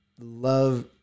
love